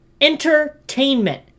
Entertainment